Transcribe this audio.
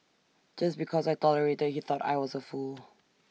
just because I tolerated he thought I was A fool